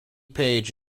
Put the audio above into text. page